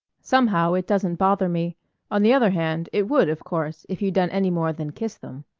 somehow it doesn't bother me on the other hand it would, of course, if you'd done any more than kiss them.